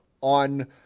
on